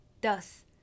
Thus